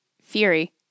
Fury